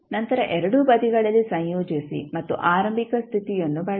ನಂತರ ಎರಡೂ ಬದಿಗಳಲ್ಲಿ ಸಂಯೋಜಿಸಿ ಮತ್ತು ಆರಂಭಿಕ ಸ್ಥಿತಿಯನ್ನು ಬಳಸಿ